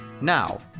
Now